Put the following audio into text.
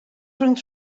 rhwng